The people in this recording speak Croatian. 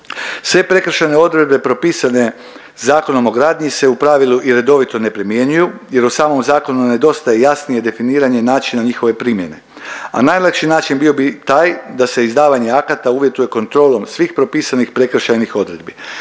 Sve prekršajne odredbe propisane Zakonom o gradnji se u pravilu i redovito ne primjenjuju jer u samom zakonu nedostaje jasnije definiranje načina njihove primjene, a najlakši način bio bi taj da se izdavanje akata uvjetuje kontrolom svih propisanih prekršajnih odredbi.